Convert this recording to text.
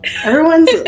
Everyone's